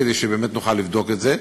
כדי שבאמת נוכל לבדוק את זה.